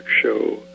show